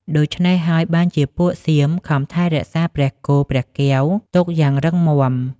ដូច្នេះហើយបានជាពួកសៀមខំថែរក្សាព្រះគោព្រះកែវទុកយ៉ាងរឹងមាំ។